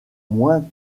moins